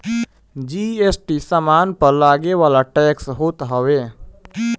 GST सामान पअ लगेवाला टेक्स होत हवे